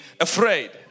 afraid